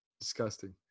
Disgusting